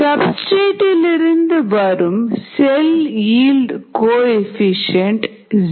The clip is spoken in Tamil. சப்ஸ்டிரேட் இலிருந்து வரும் செல்இல்டு கோஎஃபீஷியேன்ட் 0